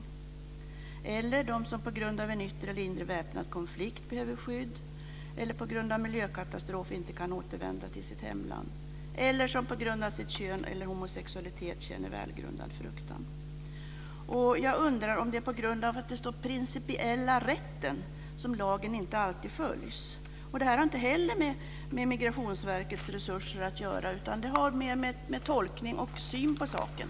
Det gäller också dem som på grund av en yttre eller inre väpnad konflikt behöver skydd eller som på grund av miljökatastrofer inte kan återvända till sitt hemland. Dessutom gäller det dem som på grund av sitt kön eller homosexualitet känner välgrundad fruktan. Jag undrar om det är på grund av att det föreskrivs en principiell rätt som lagen inte alltid följs. Inte heller det har med Migrationsverkets resurser att göra, utan det har mer att göra med tolkningen och synen på saken.